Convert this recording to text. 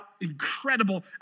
incredible